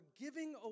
giving